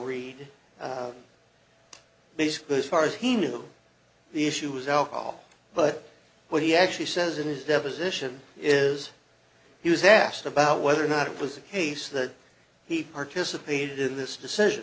read basically as far as he knew the issue was alcohol but what he actually says in his deposition is he was asked about whether or not it was a case that he participated in this decision